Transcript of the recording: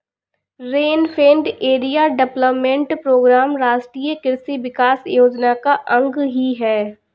rainfed area development programme राष्ट्रीय कृषि विकास योजना का अंग ही है